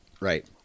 Right